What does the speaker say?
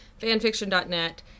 fanfiction.net